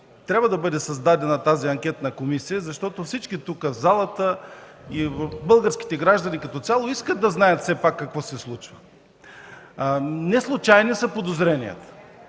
трябва да бъде създадена тази анкетна комисия, защото всички тук в залата и българските граждани като цяло искат да знаят все пак какво се случва. Неслучайни са подозренията,